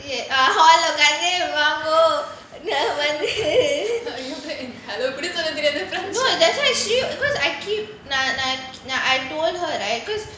uh bravo அது எப்படினு சொல்ல தெரியாது:athu epdinu solla teriyaathu no that's why she because I keep na~ na~ I told her right